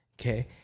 Okay